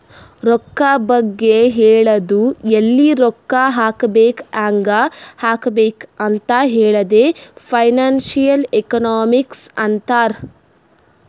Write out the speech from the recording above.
ರೊಕ್ಕಾ ಬಗ್ಗೆ ಹೇಳದು ಎಲ್ಲಿ ರೊಕ್ಕಾ ಹಾಕಬೇಕ ಹ್ಯಾಂಗ್ ಹಾಕಬೇಕ್ ಅಂತ್ ಹೇಳದೆ ಫೈನಾನ್ಸಿಯಲ್ ಎಕನಾಮಿಕ್ಸ್ ಅಂತಾರ್